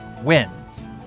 wins